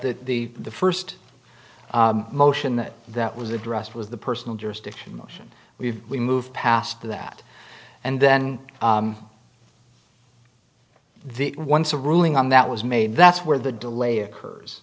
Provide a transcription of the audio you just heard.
the the the first motion that that was addressed was the personal jurisdiction motion we've we move past that and then the once a ruling on that was made that's where the delay